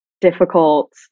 difficult